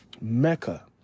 Mecca